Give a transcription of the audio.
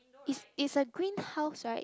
is it's a green house right